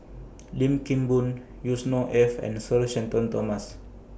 Lim Kim Boon Yusnor Ef and Sir Shenton Thomas